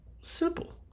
simple